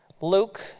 Luke